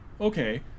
Okay